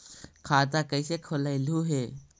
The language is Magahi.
खाता कैसे खोलैलहू हे?